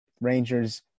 Rangers